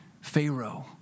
Pharaoh